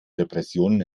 depressionen